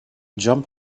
jump